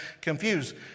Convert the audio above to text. confused